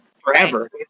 forever